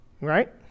Right